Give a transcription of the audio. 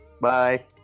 Bye